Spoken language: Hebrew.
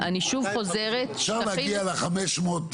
אני מדבר כשגמרו את כל הוועדה,